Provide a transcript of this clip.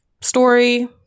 story